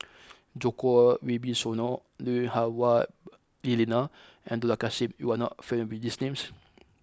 Djoko Wibisono Lui Hah Wah Elena and Dollah Kassim you are not familiar with these names